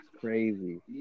Crazy